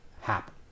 happen